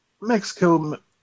Mexico